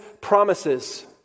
promises